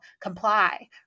comply